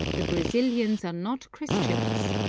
the brazilians are not christians,